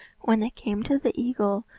when they came to the eagle,